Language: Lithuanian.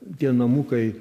tie namukai